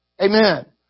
Amen